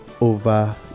over